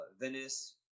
venice